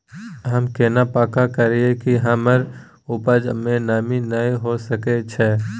हम केना पक्का करियै कि हमर उपजा में नमी नय होय सके छै?